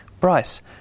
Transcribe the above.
Bryce